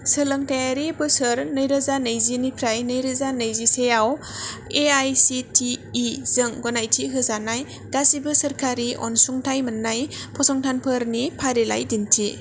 सोलोंथायारि बोसोर नैरोजा नैजिनिफ्राय नैरोजा नैजि सेआव A I C T E जों गनायथि होजानाय गासैबो सोरखारि अनसुंथाइ मोन्नाय फसंथानफोरनि फारिलाइ दिन्थि